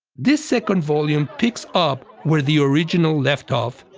this second volume picks up where the original left off,